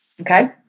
Okay